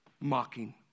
mocking